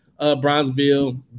Bronzeville